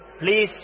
please